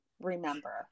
remember